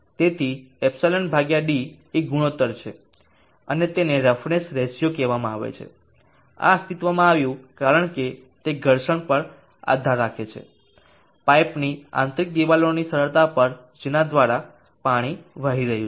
તેથી ε d એ ગુણોત્તર છે અને તેને રફનેસ રેશિયો કહેવામાં આવે છે આ અસ્તિત્વમાં આવ્યું છે કારણ કે તે ઘર્ષણ આધાર રાખે છે પાઇપની આંતરિક દિવાલોની સરળતા પર જેના દ્વારા પાણી વહી રહ્યું છે